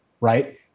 right